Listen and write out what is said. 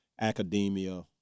academia